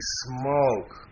smoke